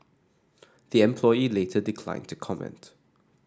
the employee later declined to comment